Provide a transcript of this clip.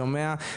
שומע,